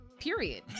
period